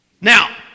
Now